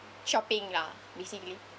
shopping lah basically